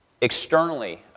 externally